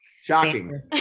Shocking